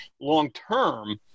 long-term